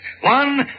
One